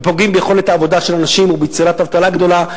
ופוגעים ביכולת העבודה של אנשים וגורמים אבטלה גדולה,